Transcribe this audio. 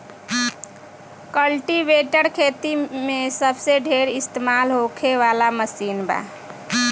cultivator खेती मे सबसे ढेर इस्तमाल होखे वाला मशीन बा